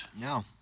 No